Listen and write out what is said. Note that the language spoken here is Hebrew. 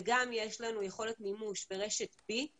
וגם יש לנו יכולת מימוש ברשת בי (Beׂ)